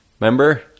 Remember